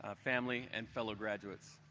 ah family, and fellow graduates.